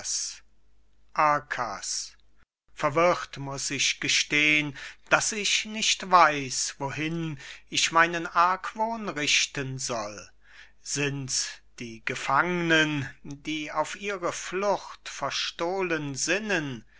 verwirrt muß ich gestehn daß ich nicht weiß wohin ich meinen argwohn richten soll sind's die gefangnen die auf ihre flucht verstohlen sinnen